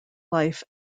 life